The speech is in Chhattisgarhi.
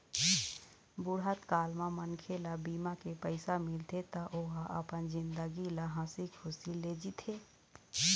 बुढ़त काल म मनखे ल बीमा के पइसा मिलथे त ओ ह अपन जिनगी ल हंसी खुसी ले जीथे